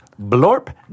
Blorp